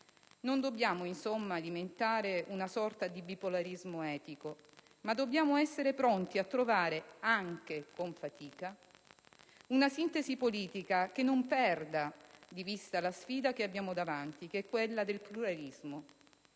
Non dobbiamo, insomma, alimentare una sorta di bipolarismo etico, ma dobbiamo essere pronti a trovare, anche con fatica, una sintesi politica che non perda di vista la sfida che abbiamo davanti, che è quella del pluralismo,